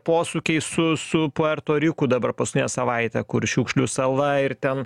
posūkiai su su puerto riku dabar paskutinę savaitę kur šiukšlių sala ir ten